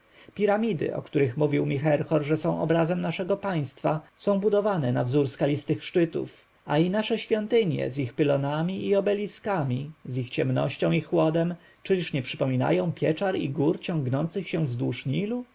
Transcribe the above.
piramidy o których mówił mi herhor że są obrazem naszego państwa są budowane na wzór skalistych szczytów a i nasze świątynie z ich pylonami i obeliskami z ich ciemnością i chłodem czyliż nie przypominają pieczar i gór ciągnących się wzdłuż